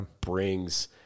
brings